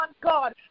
God